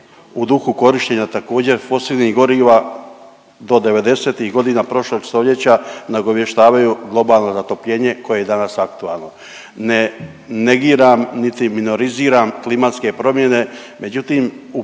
u duhu korištenja također fosilnih goriva do 90-tih godina prošlog stoljeća nagovještavaju globalno zatopljenje koje je i danas aktualno. Ne negiram niti minoriziram klimatske promjene, međutim